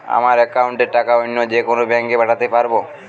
আমার একাউন্টের টাকা অন্য যেকোনো ব্যাঙ্কে পাঠাতে পারব?